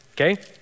Okay